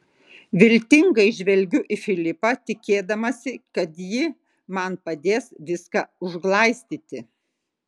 viltingai žvelgiu į filipą tikėdamasi kad ji man padės viską užglaistyti